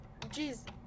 Jeez